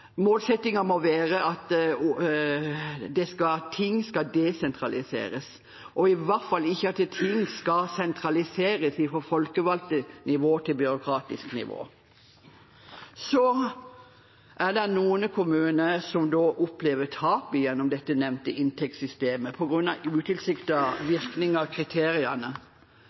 Målsettingen må være at ting skal desentraliseres – i hvert fall ikke at ting skal sentraliseres fra et folkevalgt nivå til et byråkratisk nivå. Det er noen kommuner som opplever et tap gjennom det nevnte inntektssystemet, på grunn av utilsiktede virkninger av kriteriene.